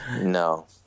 No